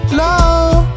love